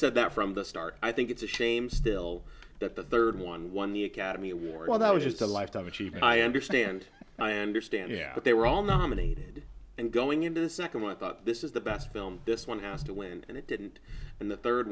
said that from the start i think it's a shame still that the third one won the academy award well that was just a lifetime achievement i understand i understand yeah but they were all nominated and going into the second i thought this is the best film this one has to win and it didn't and the third